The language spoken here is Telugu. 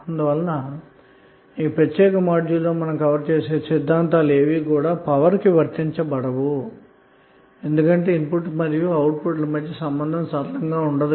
అందువల్ల ఈ ప్రత్యేక మాడ్యూల్లో మనం చర్చించే సిద్ధాంతాలు ఏవి కూడా పవర్ కి వర్తించబడవు అన్నమాట